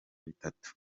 bitatu